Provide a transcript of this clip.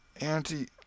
Auntie